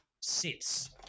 sits